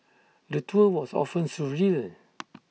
the tour was often surreal